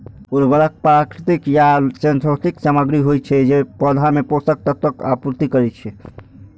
उर्वरक प्राकृतिक या सिंथेटिक सामग्री होइ छै, जे पौधा मे पोषक तत्वक आपूर्ति करै छै